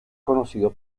conocido